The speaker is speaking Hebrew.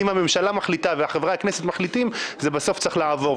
אם הממשלה מחליטה וחברי הכנסת מחליטים זה בסוף צריך לעבור.